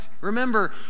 Remember